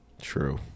true